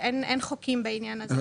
אין חוקים בעניין הזה.